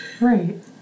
Right